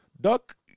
duck